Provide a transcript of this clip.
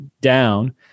down